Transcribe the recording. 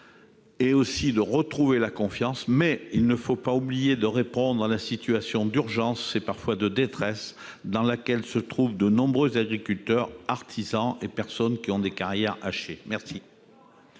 terme, de retrouver la confiance. Mais il ne faut pas oublier de répondre à la situation d'urgence, parfois de détresse, dans laquelle se trouvent de nombreux agriculteurs, artisans et personnes ayant connu des carrières hachées. La